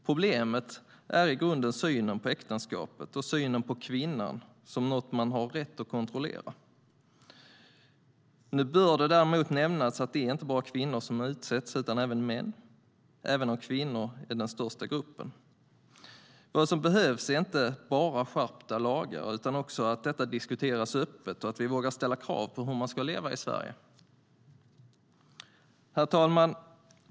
Problemet är i grunden synen på äktenskapet och synen på kvinnan som något man har rätt att kontrollera. Nu bör det däremot nämnas att det inte bara är kvinnor som utsätts utan även män, även om kvinnor är den största gruppen. Vad som behövs är inte bara skärpta lagar utan också att detta diskuteras öppet och att vi vågar ställa krav på hur man ska leva i Sverige. Herr talman!